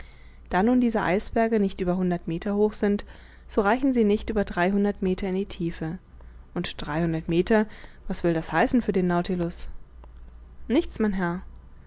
da nun diese eisberge nicht über hundert meter hoch sind so reichen sie nicht über dreihundert meter in die tiefe und dreihundert meter was will das heißen für den nautilus nichts mein herr